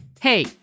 Hey